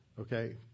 Okay